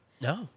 No